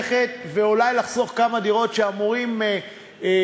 ואולי לחסוך כמה דירות שכן אמורים משקיעים,